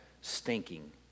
stinking